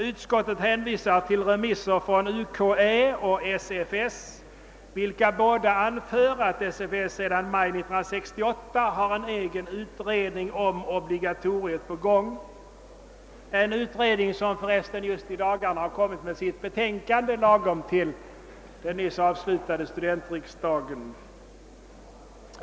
Utskottet hänvisar till remissvar från UKA och SFS, vilka båda anför att SFS sedan maj 1968 har en egen utredning om obligatoriet på gång, en utredning som för resten just i dagarna kommit med sitt betänkande lagom till den nyss avslutade studentriksdagen.